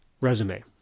resume